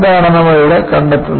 അതാണ് നമ്മൾ ഇവിടെ കണ്ടെത്തുന്നത്